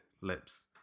lips